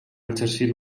exercir